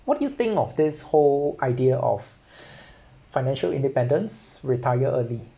what do you think of this whole idea of financial independence retire early